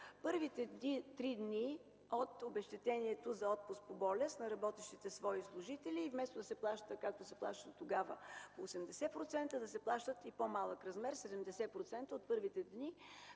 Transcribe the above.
първите три дни от обезщетението за отпуск по болест на работещите служители, вместо да се плащат 80%, както се плащаше тогава – да се плащат в по-малък размер – 70% от първите три